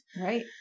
Right